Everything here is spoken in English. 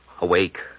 Awake